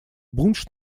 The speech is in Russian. бундж